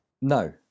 No